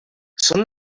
són